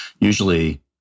usually